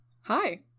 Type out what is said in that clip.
Hi